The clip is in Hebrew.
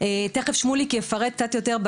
תכף שמוליק יפרט קצת יותר.